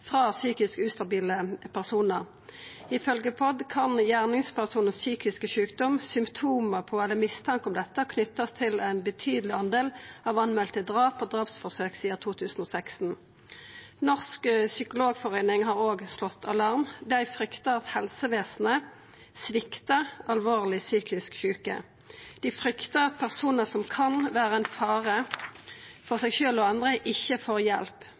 frå psykisk ustabile personar. Ifølgje POD kan gjerningspersonar med psykisk sjukdom, symptom på eller mistanke om dette knytast til ein betydeleg del av politimelde drap og drapsforsøk sidan 2016. Norsk Psykologforening har òg slått alarm. Dei fryktar at helsevesenet sviktar alvorleg psykisk sjuke. Dei fryktar at personar som kan vera ein fare for seg sjølv og andre, ikkje får hjelp.